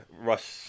rush